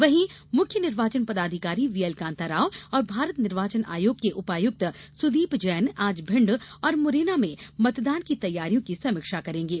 वहीं मुख्य निर्वाचन पदाधिकारी व्हीएल कान्ता राव और भारत निर्वाचन आयोग के उपायुक्त सुदीप जैन आज भिण्ड और मुरैना में मतदान तैयारियों की समीक्षा करेंगे